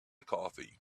coffee